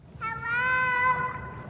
Hello